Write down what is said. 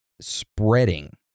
spreading